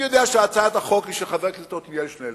אני יודע שהצעת החוק היא של חבר הכנסת עתניאל שנלר.